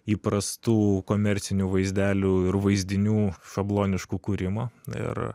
įprastų komercinių vaizdelių ir vaizdinių šabloniškų kūrimo ir